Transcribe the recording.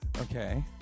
Okay